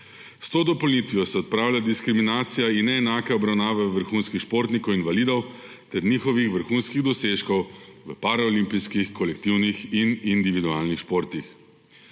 S to dopolnitvijo se odpravlja diskriminacija in neenake obravnave vrhunskih športnikov invalidov ter njihovih vrhunskih dosežkov v paraolimpijskih kolektivnih in individualnih športih.